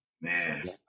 Man